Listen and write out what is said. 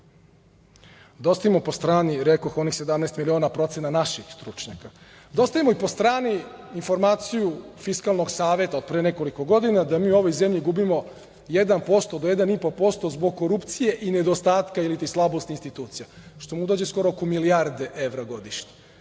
ostavimo po strani, rekoh, onih 17 miliona evra procena naših stručnjaka, da ostavimo i po strani informaciju Fiskalnog saveta od pre nekoliko godina da mi u ovoj zemlji gubimo 1% do 1,5% zbog korupcije i nedostatka ili te slabosti institucija, što mu dođe skoro oko milijarde evra godišnje,